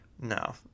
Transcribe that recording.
no